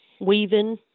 weaving